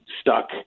stuck